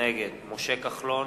נגד משה כחלון,